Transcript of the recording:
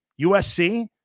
USC